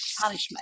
punishment